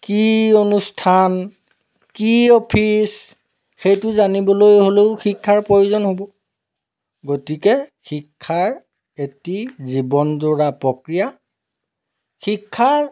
কি অনুষ্ঠান কি অফিচ সেইটো জানিবলৈ হ'লেও শিক্ষাৰ প্ৰয়োজন হ'ব গতিকে শিক্ষাৰ এটি জীৱনযোৰা প্ৰক্ৰিয়া শিক্ষা